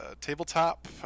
tabletop